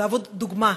להוות דוגמה,